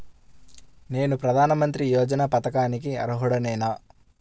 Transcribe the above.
నేను ప్రధాని మంత్రి యోజన పథకానికి అర్హుడ నేన?